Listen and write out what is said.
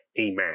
amen